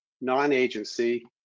non-agency